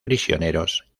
prisioneros